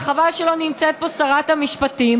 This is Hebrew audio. וחבל שלא נמצאת פה שרת המשפטים,